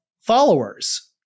followers